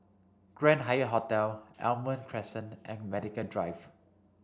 Grand Hyatt Hotel Almond Crescent and Medical Drive